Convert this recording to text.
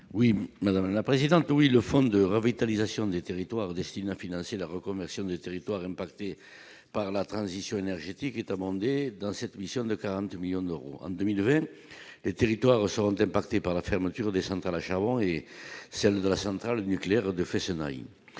Oui, madame la présidente, oui, le fonds de revitalisation des territoires, destiné à financer la reconversion des territoires impactés par la transition énergétique est abondé dans cette mission de 42 millions d'euros en 2020 les territoires seront impactés par la fermeture des centrales à charbon et celle de la centrale nucléaire de Fessenheim